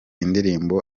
indirimbo